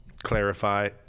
Clarify